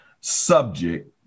subject